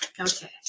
Okay